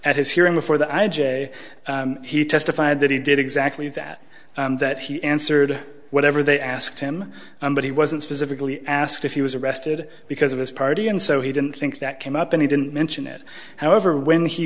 at his hearing for the i j he testified that he did exactly that that he answered whatever they asked him but he wasn't specifically asked if he was arrested because of his party and so he didn't think that came up and he didn't mention it however when he